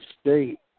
State